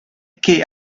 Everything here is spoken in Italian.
che